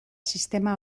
sistema